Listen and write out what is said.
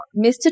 Mr